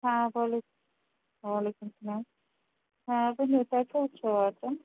ہاں بولو وعلیکُم سلام آ ؤِنِو تۅہہِ کوٚت چھُ واتُن